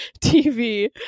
TV